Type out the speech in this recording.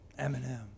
Eminem